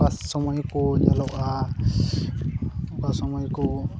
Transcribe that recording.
ᱚᱠᱟ ᱥᱚᱢᱚᱭ ᱠᱚ ᱧᱮᱞᱚᱜᱼᱟ ᱚᱠᱟ ᱥᱚᱢᱚᱭ ᱠᱚ